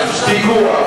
פיקוח.